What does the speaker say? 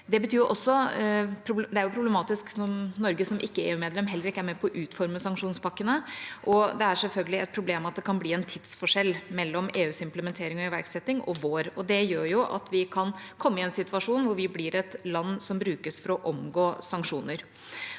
Det er problematisk når Norge som ikke-EUmedlem heller ikke er med på å utforme sanksjonspakkene, og det er selvfølgelig et problem at det kan bli en tidsforskjell mellom EUs implementering og iverksetting og vår. Det gjør jo at vi kan komme i en situasjon hvor vi blir et land som brukes for å omgå sanksjoner.